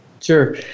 Sure